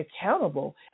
accountable